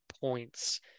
points